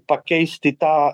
pakeisti tą